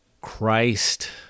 Christ